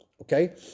okay